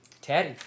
Taddy